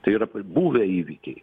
tai yra buvę įvykiai